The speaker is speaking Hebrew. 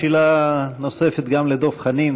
שאלה נוספת גם לדב חנין,